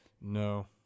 No